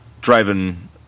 driving